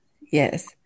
yes